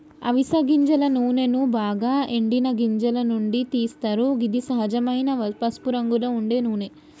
అవిస గింజల నూనెను బాగ ఎండిన గింజల నుండి తీస్తరు గిది సహజమైన పసుపురంగులో ఉండే నూనె